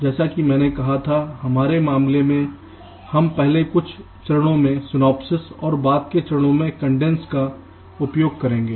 जैसा कि मैंने कहा था हमारे मामले में हम पहले कुछ चरणों में Synopsys और बाद के चरणों में Cadence का उपयोग करेंगे